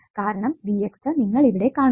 കാരണം V x നിങ്ങൾ ഇവിടെ കാണുന്നത്